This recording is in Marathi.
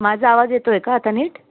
माझा आवाज येतो आहे का आता नीट